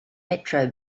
metro